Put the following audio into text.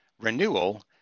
renewal